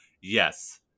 Yes